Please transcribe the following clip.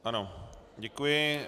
Ano, děkuji.